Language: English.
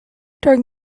during